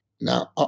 Now